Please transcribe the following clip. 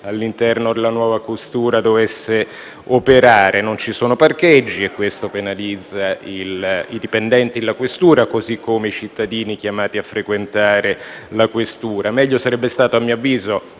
all'interno della nuova questura. Non ci sono poi parcheggi, e questo penalizza i dipendenti della questura, così come i cittadini chiamati a frequentarla. Meglio sarebbe stato, a mio avviso,